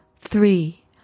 three